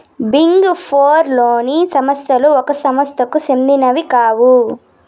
big four లోని సంస్థలు ఒక సంస్థకు సెందినవి కావు